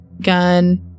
gun